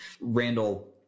Randall